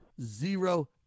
zero